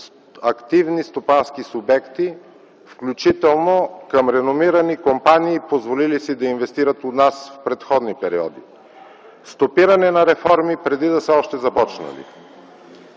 активни стопански субекти, включително към реномирани компании, позволили си да инвестират у нас в предходни периоди; стопиране на реформи преди още да са започнали.